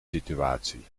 situatie